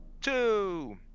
two